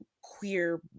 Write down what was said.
queer